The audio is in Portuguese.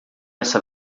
essa